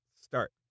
Start